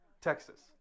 Texas